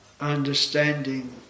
understanding